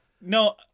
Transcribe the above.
No